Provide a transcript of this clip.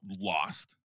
lost